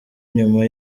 nyuma